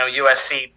USC